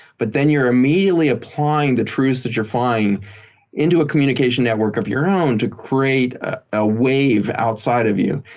but then you're immediately applying the truths that you're finding into a communication network of your own to create a wave outside of you.